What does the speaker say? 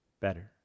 better